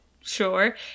sure